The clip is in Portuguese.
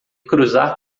cruzar